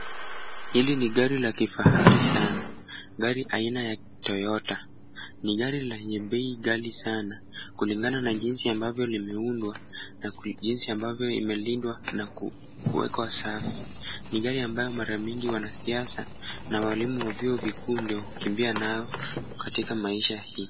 Hili ni gari la kifahari sana. Gari aina ya Toyota. Ni gari lenye bei ghali sana kulingana na jinsi ambavyo limeundwa na jinsi ambavyo limelindwa na kuwekwa safi. Ni gari ambayo mara mingi wanasiasa na walimu wa vyuo vikuu ndio hukimbia nayo katika maisha hii.